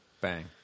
Bang